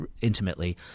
intimately